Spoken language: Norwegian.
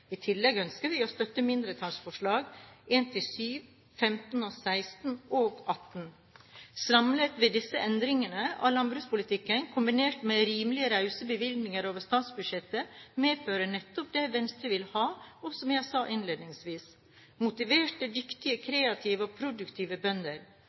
I tillegg ønsker vi å støtte mindretallsforslagene 1–7, 15,16 og 18. Samlet ville disse endringene av landbrukspolitikken, kombinert med rimelig rause bevilgninger over statsbudsjettet, medføre nettopp det som jeg sa innledningsvis, at Venstre vil ha motiverte, dyktige, kreative og produktive bønder.